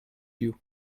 you